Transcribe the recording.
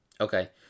Okay